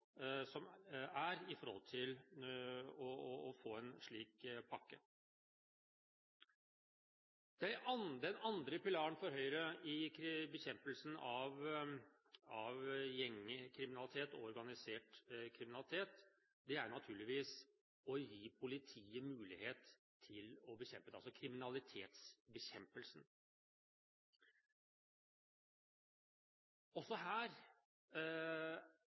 en slik pakke. Den andre pilaren for Høyre i bekjempelsen av gjengkriminalitet og organisert kriminalitet er naturligvis å gi politiet mulighet til denne kriminalitetsbekjempelsen. Også her er det